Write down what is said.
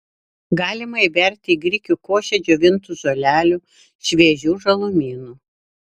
galima įberti į grikių košę džiovintų žolelių šviežių žalumynų